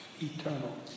eternal